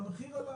אבל המחיר עלה,